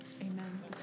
amen